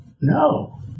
no